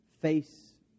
face